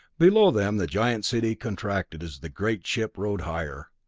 below them the giant city contracted as the great ship rode higher.